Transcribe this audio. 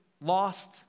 lost